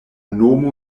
nomo